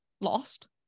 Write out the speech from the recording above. lost